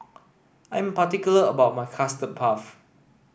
I am particular about my custard puff